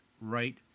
right